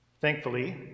Thankfully